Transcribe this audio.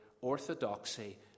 orthodoxy